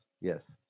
yes